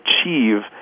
achieve